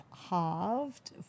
halved